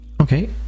Okay